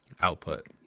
output